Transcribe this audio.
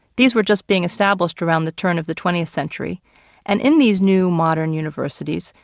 these were just being established around the turn of the twentieth century and in these new, modern universities,